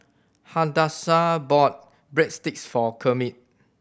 Hadassah bought Breadsticks for Kermit